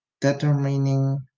determining